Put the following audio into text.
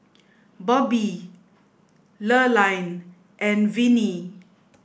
Bobbi Lurline and Vinnie